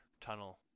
tunnel